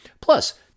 Plus